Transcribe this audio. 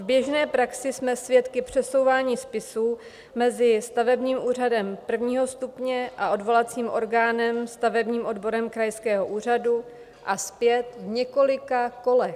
V běžné praxi jsme svědky přesouvání spisů mezi stavebním úřadem prvního stupně a odvolacím orgánem, stavebním úřadem krajského úřadu a zpět v několika kolech.